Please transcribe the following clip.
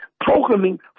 programming